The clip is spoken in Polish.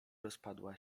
rozpadła